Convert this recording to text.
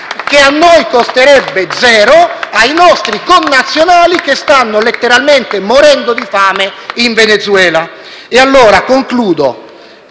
che a noi costerebbe zero, ai nostri connazionali che stanno letteralmente morendo di fame in Venezuela. *(Applausi